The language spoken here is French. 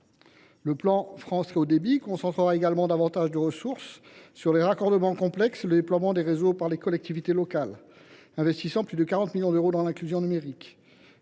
Le plan France Très Haut Débit concentrera également davantage de ressources sur les raccordements complexes et le déploiement des réseaux par les collectivités locales, avec plus de 40 millions d’euros alloués à l’action « Inclusion numérique